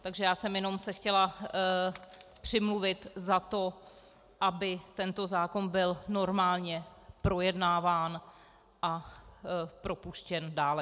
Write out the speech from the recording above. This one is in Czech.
Takže já jsem se chtěla jenom přimluvit za to, aby tento zákon byl normálně projednáván a propuštěn dále.